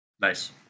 Nice